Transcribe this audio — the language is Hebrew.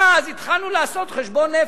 ואז התחלנו לעשות חשבון נפש,